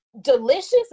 delicious